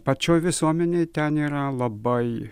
pačioj visuomenėj ten yra labai